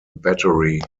battery